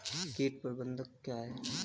कीट प्रबंधन क्या है?